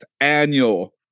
annual